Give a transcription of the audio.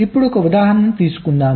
ఇప్పుడు ఒక ఉదాహరణ తీసుకుందాం